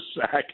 sack